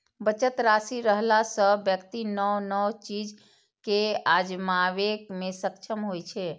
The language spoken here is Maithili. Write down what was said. बचत राशि रहला सं व्यक्ति नव नव चीज कें आजमाबै मे सक्षम होइ छै